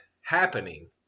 happening